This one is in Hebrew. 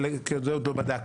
כי את זה עוד לא בדקתי.